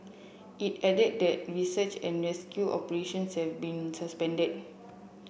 it added that search and rescue operations have been suspended